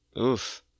Oof